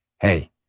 hey